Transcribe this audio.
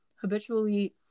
habitually